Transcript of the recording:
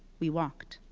we walked.